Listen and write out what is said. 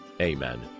Amen